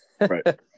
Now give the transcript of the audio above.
right